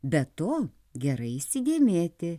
be to gerai įsidėmėti